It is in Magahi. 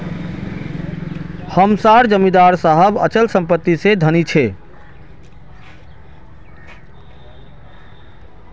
हम सार जमीदार साहब अचल संपत्ति से धनी छे